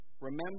Remember